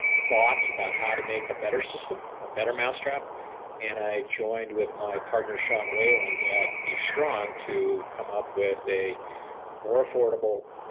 thoughts about how to make a better system, a better mousetrap and i joined with my partner sean wieland at b strong to come up with a more affordable,